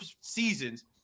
seasons